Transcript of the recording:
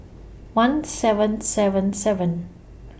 one seven seven seven